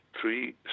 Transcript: Three